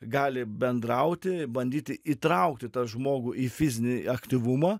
gali bendrauti bandyti įtraukti tą žmogų į fizinį aktyvumą